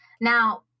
Now